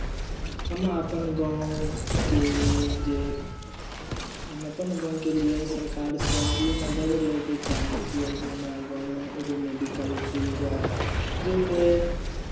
हम अपन गाँवके जे हम अपन गाँवके लिए सरकारसँ ई मदति लैके चाहै छियै जे हमरा गाँवमे एगो मेडिकल खुलि जाय जे कोइ